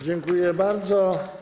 Dziękuję bardzo.